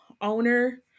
owner